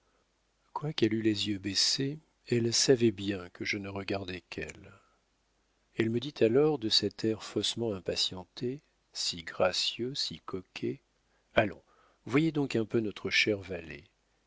quoiqu'elle eût les yeux baissés elle savait bien que je ne regardais qu'elle elle me dit alors de cet air faussement impatienté si gracieux si coquet allons voyez donc un peu notre chère